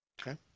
Okay